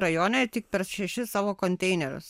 rajone tik per šešis savo konteinerius